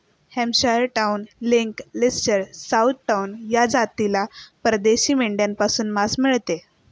Hampshire town, Lincoln, Leicester, south town या जातीला परदेशी मेंढ्यांपासून मांस मिळते